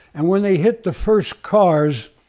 and when they hit the first cars,